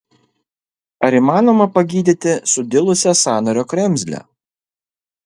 ar įmanoma pagydyti sudilusią sąnario kremzlę